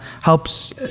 helps